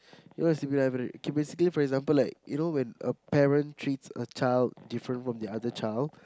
it was K basically for example like you know when a parent treats a child different from the other child